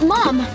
Mom